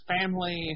family